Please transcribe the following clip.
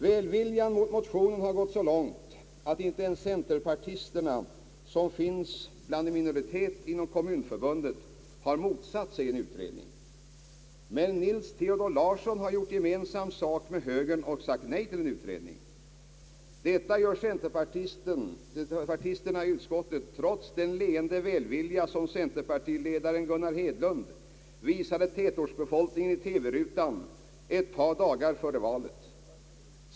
Välviljan mot motionen hos remissinstanserna har gått så långt att inte ens centerpartisterna, som representeras av en minoritet inom Svenska kommunförbundet, har motsatt sig en utredning, men herr Nils Theodor Larsson har gjort gemensam sak med högern och sagt nej till en sådan. Centerpartisterna i utskottet gör detta trots den leende välvilja, som centerpartiledaren Gunnar Hedlund visade tätortsbefolkningen i TV-rutan före valet.